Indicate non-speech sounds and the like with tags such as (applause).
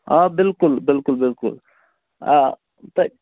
آ بِلکُل بِلکُل بِلکُل آ (unintelligible)